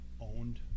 owned